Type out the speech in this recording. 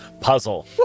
puzzle